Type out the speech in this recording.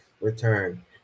return